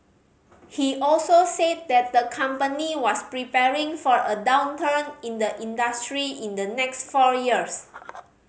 he also said that the company was preparing for a downturn in the industry in the next four years